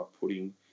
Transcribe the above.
putting